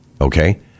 okay